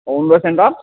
অৰুণোদয় চেণ্টাৰত